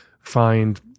find